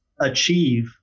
achieve